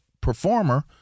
performer